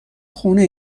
خونه